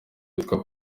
witwa